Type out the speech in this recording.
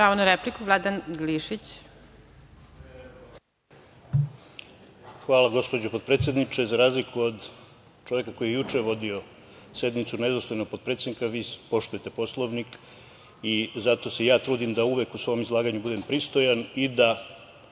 Pravo na repliku, Vladan Glišić.